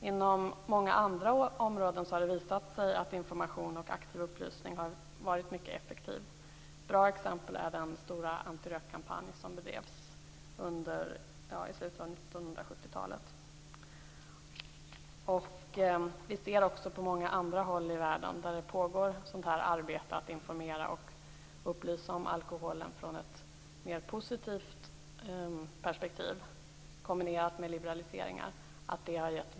Inom många andra områden har det visat sig att information och aktiv upplysning har varit mycket effektivt. Ett bra exempel är den stora antirökkampanj som bedrevs i slutet av 1970-talet. Vi ser också bra effekter på många andra håll i världen där man arbetar med att informera och upplysa om alkoholen från ett mer positivt perspektiv, kombinerat med liberaliseringar.